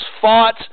fought